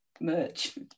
merch